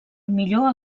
millor